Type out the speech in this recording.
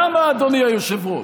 למה, אדוני היושב-ראש?